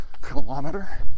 kilometer